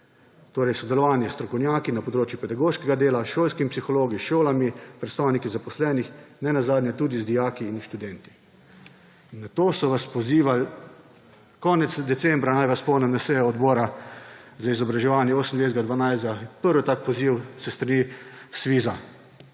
torej sodelovanje s strokovnjaki na področju pedagoškega dela, šolskimi psihologi, šolami, predstavniki zaposlenih, nenazadnje tudi z dijaki in študenti. In k temu so vas pozivali konec decembra, naj vas spomnim na sejo Odbora za izobraževanje 28. 12. Prvi tak poziv s strani